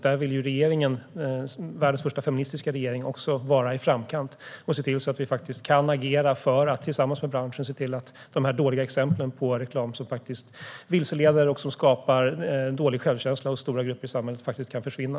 Där vill regeringen - världens första feministiska regering - också vara i framkant och tillsammans med branschen agera så att de dåliga exemplen på reklam, som vilseleder och skapar dålig självkänsla hos stora grupper i samhället, faktiskt kan försvinna.